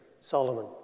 Solomon